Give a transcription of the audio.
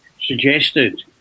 suggested